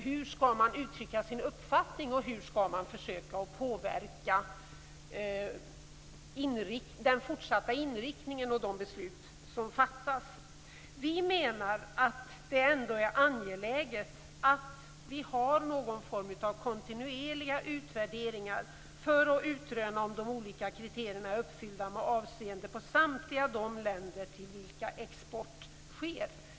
Hur skall man uttrycka sin uppfattning? Hur skall man försöka att påverka den fortsatta inriktningen av de beslut som fattas? Vi menar att det ändå är angeläget att vi har någon form av kontinuerliga utvärderingar för att utröna om de olika kriterierna är uppfyllda med avseende på samtliga de länder till vilka export sker.